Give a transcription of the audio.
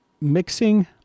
mixing